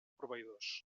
proveïdors